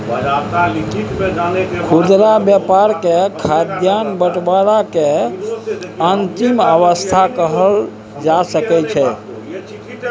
खुदरा व्यापार के खाद्यान्न बंटवारा के अंतिम अवस्था कहल जा सकइ छइ